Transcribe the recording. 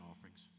offerings